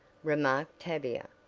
remarked tavia,